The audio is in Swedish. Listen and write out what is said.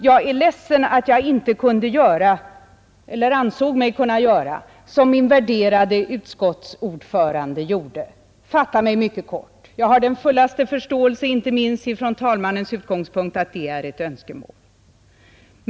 Jag är ledsen för att jag inte ansåg mig kunna göra som min värderade utskottsordförande och fatta mig kort. Jag har den fullaste förståelse för att detta är ett önskemål, inte minst från talmannens utgångspunkt.